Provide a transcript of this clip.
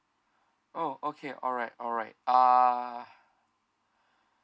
oh okay alright alright uh